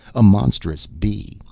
a monstrous bee,